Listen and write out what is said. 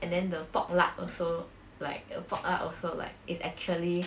and then the pork lard also like the pork lard also like it's actually